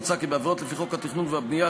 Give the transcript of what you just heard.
מוצע כי בעבירות לפי חוק התכנון ובנייה,